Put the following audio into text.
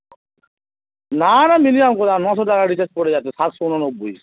না না মিনিমাম কোথায় নশো টাকা রিচার্জ পড়ে যাচ্ছে সাতশো উননব্বই